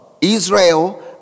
Israel